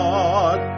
God